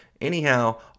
anyhow